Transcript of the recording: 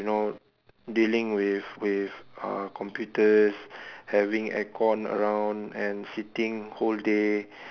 you know dealing with with uh computers having aircon around and sitting whole day